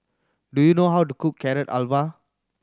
do you know how to cook Carrot Halwa